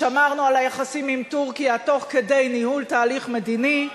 שמרנו על היחסים עם טורקיה תוך כדי ניהול תהליך מדיני.